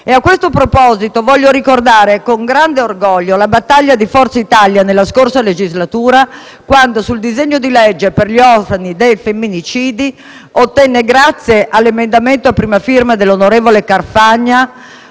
E a questo proposito voglio ricordare con grande orgoglio la battaglia di Forza Italia nella scorsa legislatura, quando nel disegno di legge per gli orfani dei femminicidi, grazie all'emendamento a prima firma dell'onorevole Carfagna,